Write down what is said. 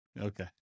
Okay